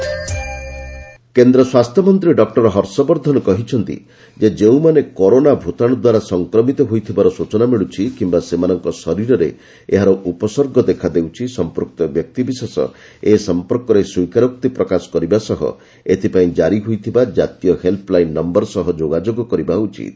Harshvardhan corona virus କେନ୍ଦ୍ର ସ୍ୱାସ୍ଥ୍ୟମନ୍ତ୍ରୀ doctor Harshvardhan କହିଛନ୍ତି ଯେ ଯେଉଁମାନେ କରୋନା ଭୂତାଣୁ ଦ୍ୱାରା ସଂକ୍ରମିତ ହୋଇଥିବାର ସ୍ଚନା ମିଳୁଛି କିମ୍ବା ସେମାନଙ୍କ ଶରୀରରେ ଏହାର ଉପସର୍ଗ ଦେଖାଦେଉଛି ସଂପୂକ୍ତ ବ୍ୟକ୍ତିବିଶେଷ ଏ ସଂପର୍କରେ ସ୍ୱୀକାରୋକ୍ତି ପ୍ରକାଶ କରିବା ସହ ଏଥିପାଇଁ ଜାରି ହୋଇଥିବା କାତୀୟ ହେଲ୍ପ୍ ଲାଇନ୍ ନମ୍ଭର ସହ ଯୋଗାଯୋଗ କରିବା ଉଚିତ